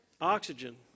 oxygen